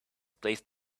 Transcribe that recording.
placed